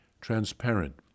transparent